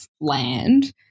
land